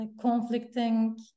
conflicting